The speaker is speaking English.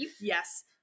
yes